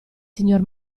signor